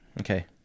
Okay